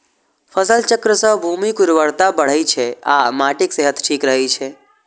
फसल चक्र सं भूमिक उर्वरता बढ़ै छै आ माटिक सेहत ठीक रहै छै